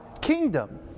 kingdom